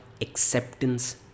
acceptance